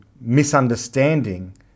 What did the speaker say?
misunderstanding